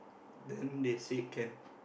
then they say can